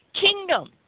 kingdom